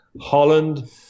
holland